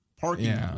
parking